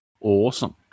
Awesome